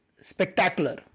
spectacular